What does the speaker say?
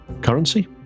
currency